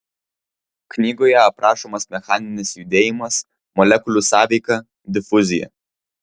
knygoje aprašomas mechaninis judėjimas molekulių sąveika difuzija